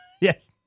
Yes